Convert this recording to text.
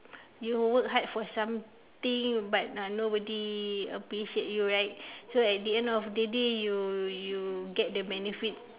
you work hard for something but uh nobody appreciate you right so at the end of the day you you get the benefit